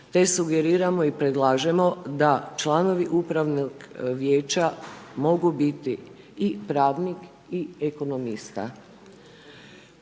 te sugeriramo i predlažemo da članovi upravnog vijeća mogu biti i pravnik i ekonomista.